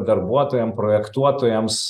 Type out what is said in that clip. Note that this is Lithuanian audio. darbuotojam projektuotojams